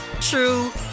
true